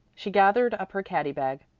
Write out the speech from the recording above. she gathered up her caddy-bag.